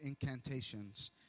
incantations